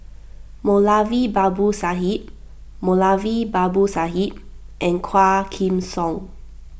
Moulavi Babu Sahib Moulavi Babu Sahib and Quah Kim Song